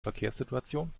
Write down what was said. verkehrssituation